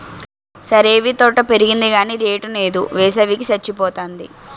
సరేవీ తోట పెరిగింది గాని రేటు నేదు, వేసవి కి సచ్చిపోతాంది